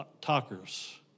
talkers